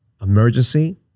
emergency